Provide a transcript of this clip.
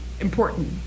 important